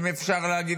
אם אפשר להגיד,